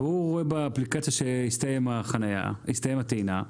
והוא רואה באפליקציה שהסתיימה הטעינה,